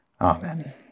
Amen